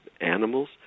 animals